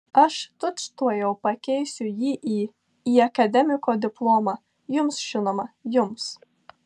aš tučtuojau pakeisiu jį į į akademiko diplomą jums žinoma jums